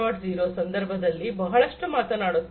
0 ಸಂದರ್ಭದಲ್ಲಿ ಬಾಳಷ್ಟು ಮಾತಾಡುತ್ತಾರೆ